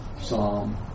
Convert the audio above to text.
Psalm